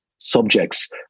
subjects